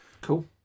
cool